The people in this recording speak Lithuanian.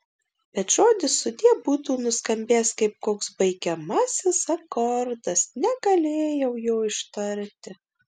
bet žodis sudie būtų nuskambėjęs kaip koks baigiamasis akordas negalėjau jo ištarti